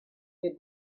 good